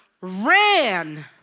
ran